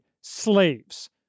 slaves